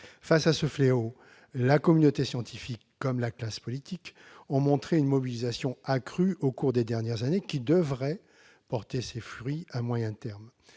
Face à ce fléau, la communauté scientifique comme la classe politique ont montré une mobilisation accrue au cours des dernières années, qui devrait porter ses fruits à moyen terme.